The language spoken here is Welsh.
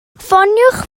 ffoniwch